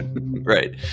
Right